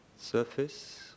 surface